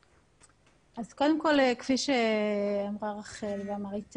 אז קודם כל כפי שאמרה רחל ואמר איתי